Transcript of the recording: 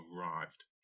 arrived